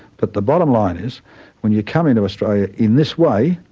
but the bottom line is when you come into australia in this way,